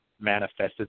manifested